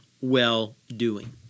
well-doing